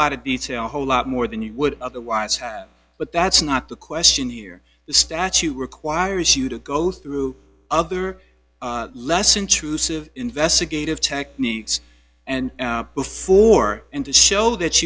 lot of detail whole lot more than you would otherwise have but that's not the question here the statute requires you to go through other less intrusive investigative techniques and before and to show that